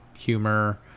humor